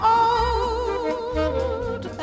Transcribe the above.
old